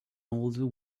old